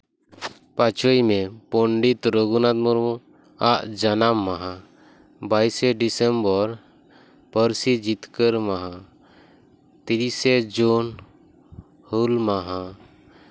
ᱯᱟᱸᱪᱮᱭ ᱢᱮ ᱯᱚᱱᱰᱤᱛ ᱨᱚᱜᱷᱩᱱᱟᱛᱷ ᱢᱩᱨᱢᱩ ᱟᱜ ᱡᱟᱱᱟᱢ ᱢᱟᱦᱟ ᱵᱟᱭᱤᱥᱮ ᱰᱤᱥᱮᱢᱵᱚᱨ ᱯᱟᱹᱨᱥᱤ ᱡᱤᱛᱠᱟᱹᱨ ᱢᱟᱦᱟ ᱛᱤᱨᱤᱥᱮ ᱡᱩᱱ ᱦᱩᱞ ᱢᱟᱦᱟ